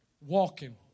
walking